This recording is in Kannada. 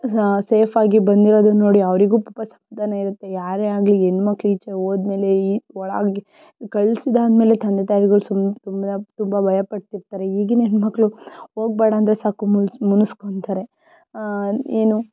ಸೇಫ್ ಆಗಿ ಬಂದಿರೋದನ್ನು ನೋಡಿ ಅವರಿಗೂ ಪಾಪ ಸಮಾಧಾನ ಇರುತ್ತೆ ಯಾರೇ ಆಗಲಿ ಹೆಣ್ಣುಮಕ್ಕಳು ಈಚೆ ಹೋದ ಮೇಲೆ ಈ ಒಳಗೆ ಕಳ್ಸಿದಾದ್ಮೇಲೆ ತಂದೆ ತಾಯಿಗಳು ಸುಮ್ ತುಂಬ ತುಂಬ ಭಯಪಡ್ತಿರ್ತಾರೆ ಈಗಿನ ಹೆಣ್ಣುಮಕ್ಕಳು ಹೋಗಬೇಡ ಅಂದರೆ ಸಾಕು ಮುನ್ಸ್ ಮುನಿಸ್ಕೊಂತಾರೆ ಏನು